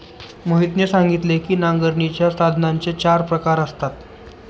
मोहितने सांगितले की नांगरणीच्या साधनांचे चार प्रकार असतात